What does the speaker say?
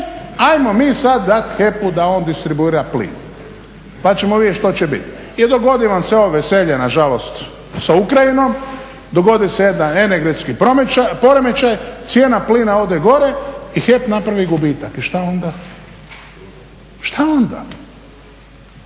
ajmo mi sad dat HEP-u da on distribuira plin pa ćemo vidjet što će bit. I dogodi vam se ovo veselje nažalost sa Ukrajinom, dogodi se jedan energetski poremećaj, cijena plina ode gore i HEP napravi gubitak. I šta onda? Šta onda?